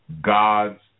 gods